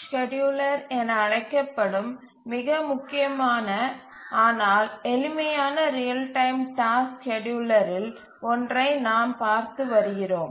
scheduler என அழைக்கப்படும் மிக முக்கியமான ஆனால் எளிமையான ரியல் டைம் டாஸ்க் ஸ்கேட்யூலரில் ஒன்றை நாம் பார்த்து வருகிறோம்